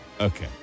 Okay